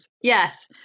Yes